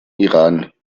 iran